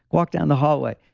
walk down the hallway,